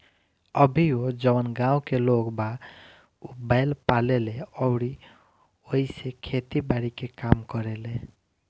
अभीओ जवन गाँव के लोग बा उ बैंल पाले ले अउरी ओइसे खेती बारी के काम करेलें